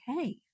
okay